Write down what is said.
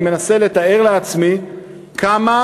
ואני מנסה לתאר לעצמי כמה